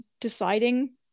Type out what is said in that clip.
deciding